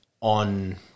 on